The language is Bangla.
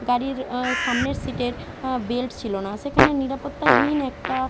গাড়ির সামনের সিটের বেল্ট ছিল না সেখানে নিরাপত্তাহীন একটা